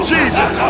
Jesus